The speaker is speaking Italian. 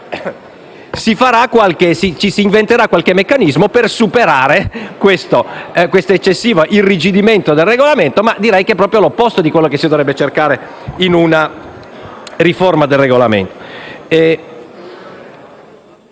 ci si dovrà inventare qualche meccanismo per superare l'eccessivo irrigidimento del Regolamento. Ma direi che è proprio l'opposto di ciò cui si dovrebbe mirare con una riforma del Regolamento.